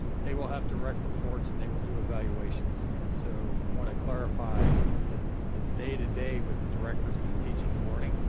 they will have direct reports and they will do evaluations. and so i wanna clarify that the day to day with directors and the teaching and learning,